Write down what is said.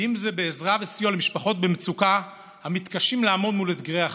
ואם זה בעזרה וסיוע למשפחות במצוקה המתקשים לעמוד מול אתגרי החיים.